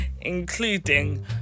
including